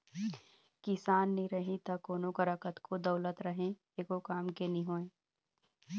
किसान नी रही त कोनों करा कतनो दउलत रहें एको काम के नी होय